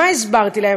מה הסברתי להם?